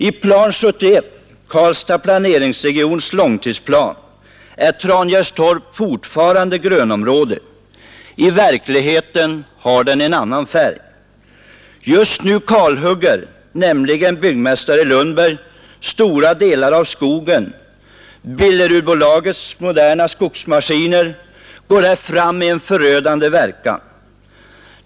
I Plan 71, Karlstads planeringsregions långtidsplan, är Trangärdstorp fortfarande grönområde. I verkligheten har området en annan färg. Just nu kalhugger nämligen byggmästare Lundberg stora delar av skogen. Billeruds moderna skogsmaskiner går fram med förödande verkan.